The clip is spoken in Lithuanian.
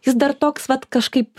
jis dar toks vat kažkaip